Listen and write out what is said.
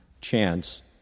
chance